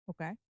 Okay